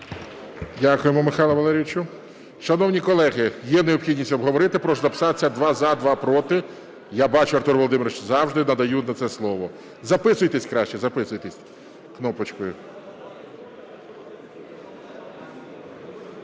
Дякую, Михайло Валерійовичу. Шановні колеги, є необхідність обговорити. Прошу записатися: два – за, два – проти. Я бачу, Артур Володимирович. Завжди надаю на це слово. Записуйтесь краще, записуйтесь кнопочкою.